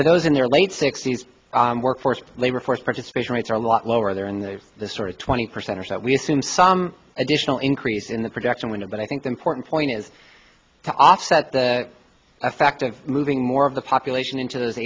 for those in their late sixty's workforce labor force participation rates are a lot lower there and the sort of twenty percent or so we assume some additional increase in the production winter but i think the important point is to offset the effect of moving more of the population into those